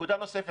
נקודה נוספת,